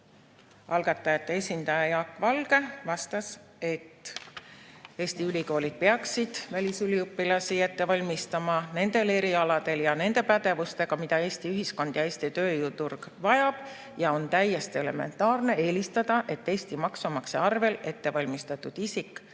Algatajate esindaja Jaak Valge vastas, et Eesti ülikoolid peaksid välisüliõpilasi ette valmistama nendel erialadel ja nende pädevustega, mida Eesti ühiskond ja Eesti tööjõuturg vajab. On täiesti elementaarne eelistada, et Eesti maksumaksja arvel ette valmistatud isik